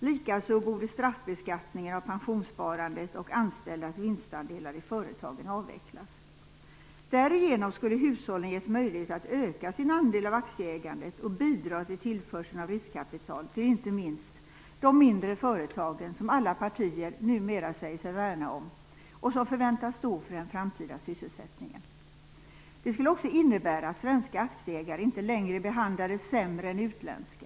Likaså borde straffbeskattningen av pensionssparandet och anställdas vinstandelar i företagen avvecklas. Därigenom skulle hushållen ges möjligheter att öka sin andel av aktieägandet och bidra till tillförseln av riskkapital till inte minst de mindre företagen, som alla partier numera säger sig värna om och som förväntas stå för den framtida sysselsättningen. Det skulle också innebära att svenska aktieägare inte längre behandlades sämre än utländska.